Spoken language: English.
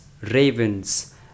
ravens